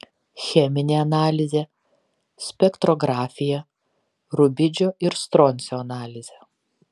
cheminė analizė spektrografija rubidžio ir stroncio analizė